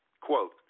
Quote